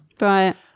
Right